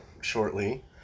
shortly